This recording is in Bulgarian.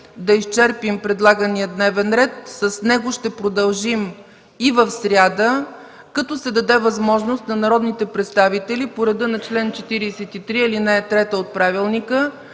да изчерпим предлагания дневен ред, с него ще продължим и в сряда, като ще се даде възможност на народните представители по реда на чл. 43, ал. 3 от Правилника